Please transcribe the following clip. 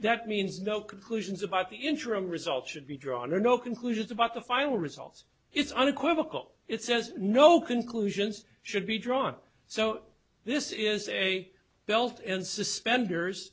that means no conclusions about the interim result should be drawn or no conclusions about the final result is unequivocal it says no conclusions should be drawn so this is a belt and suspenders